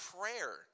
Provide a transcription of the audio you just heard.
prayer